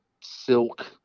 silk